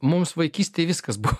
mums vaikystėj viskas buvo